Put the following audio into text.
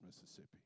Mississippi